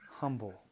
humble